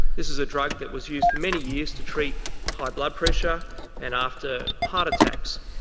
this is a drug that was used for many years to treat high blood pressure and after heart attacks.